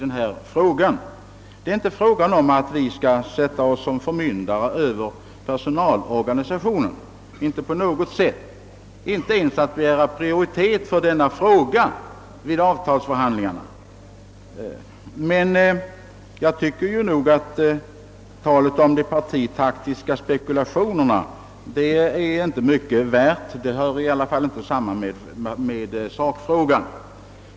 Det är inte på något sätt fråga om att vi skall sätta oss som förmyndare över personalorganisationerna, inte ens om att begära prioritet för denna fråga vid avtalsför handlingarna, Talet om de partitaktiska spekulationerna har inte fog för sig. Det hör i varje fall inte samman med sakfrågan.